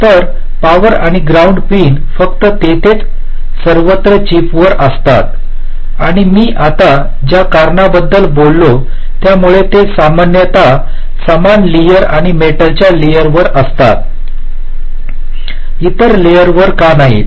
तर पॉवर आणि ground pin फक्त तेथेच सर्वत्र चिपवर असतात आणि मी आता ज्या कारणाबद्दल बोललो त्यामुळे ते सामान्यत समान लेअर आणि मेटलच्या लेअरवर असतात इतर लेअर वर का नाहीत